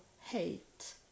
hate